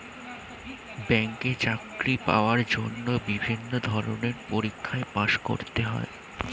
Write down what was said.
ব্যাংকে চাকরি পাওয়ার জন্য বিভিন্ন ধরনের পরীক্ষায় পাস করতে হয়